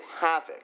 havoc